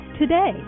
today